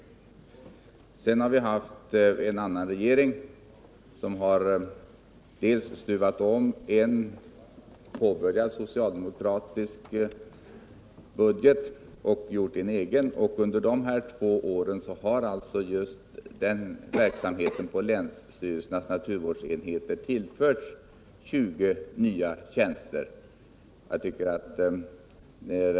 Efter det har vi haft en annan regering, och den har dels stuvat omen = Nr 110 påbörjad socialdemokratisk budget, dels gjort en egen sådan. Under de två år Onsdagen den som därvid förflutit har alltså kontrollverksamheten på länsstyrelsernas 5 april 1978 naturvårdsenheter tillförts 20 nya tjänster.